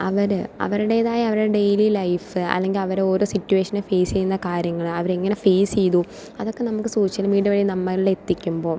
അവർ അവരുടേതായ അവരുടെ daily life അല്ലെങ്കിൽ അവർ ഓരോ സിറ്റുവേഷനെ ഫേസ് ചെയ്യുന്ന കാര്യങ്ങൾ അവരെങ്ങനെ ഫേസ് ചെയ്തു അതൊക്കെ നമുക്ക് സോഷ്യൽ മീഡിയ വഴി നമ്മളിൽ എത്തിക്കുമ്പോൾ